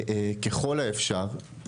ככל האפשר,